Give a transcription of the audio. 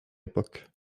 époque